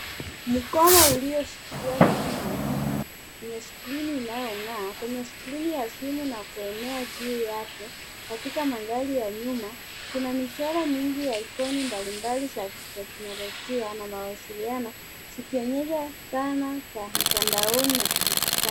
Mkono ulioshikilia simu mahiri yenye skrini inayong'aa. Kwenye skrini ya simu na kuenea juu yake katika mandhari ya nyuma kuna michoro mingi ya ikoni mbali mbali mbali za kiteknolojia na mawasiliano zikionyesha dhana za mtandaoni na kidijitali.